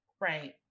Right